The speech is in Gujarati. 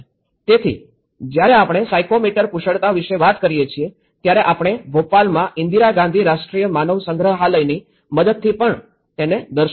તેથી જ્યારે આપણે સાયકોમોટર કુશળતા વિશે કહીએ છીએ ત્યારે આપણે ભોપાલમાં ઈન્દિરા ગાંધી રાષ્ટ્રીય માનવ સંગ્રહાલયની મદદથી પણ તેને દર્શાવ્યું છે